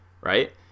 right